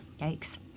Yikes